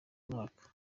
mwaka